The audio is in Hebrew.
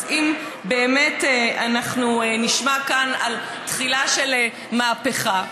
אז אם באמת אנחנו נשמע כאן על תחילה של מהפכה,